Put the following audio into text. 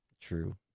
True